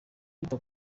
kwita